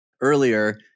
Earlier